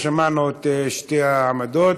שמענו את שתי העמדות.